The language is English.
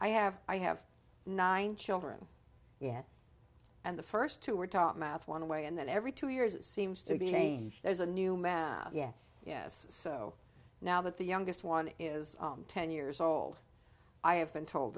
i have i have nine children yet and the first two were taught math one way and that every two years seems to be a change there's a new man yes yes so now that the youngest one is ten years old i have been told